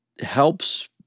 helps